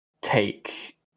take